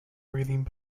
breathing